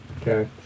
Okay